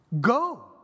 Go